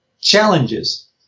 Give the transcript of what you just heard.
challenges